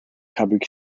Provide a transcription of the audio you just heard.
kabuki